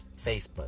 Facebook